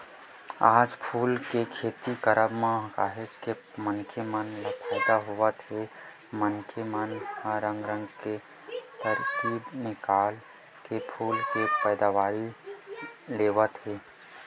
आज फूल के खेती करब म काहेच के मनखे मन ल फायदा होवत हे मनखे मन ह रंग रंग के तरकीब निकाल के फूल के पैदावारी लेवत हे